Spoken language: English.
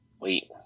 Wait